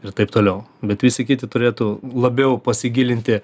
ir taip toliau bet visi kiti turėtų labiau pasigilinti